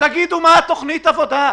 מה תוכנית העבודה שלה,